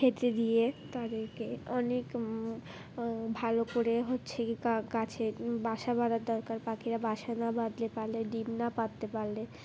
খেতে দিয়ে তাদেরকে অনেক ভালো করে হচ্ছে কি গাছে বাসা বাঁধার দরকার পাখিরা বাসা না বাঁধলে পারলে ডিম না পাড়তে পারলে